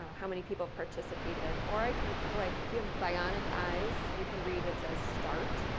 how many people participated, or i can collect if you have bionic eyes, you can read, it says start.